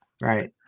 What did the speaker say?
Right